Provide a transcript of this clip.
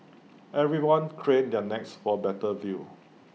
everyone craned their necks for better view